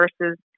versus